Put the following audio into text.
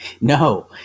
No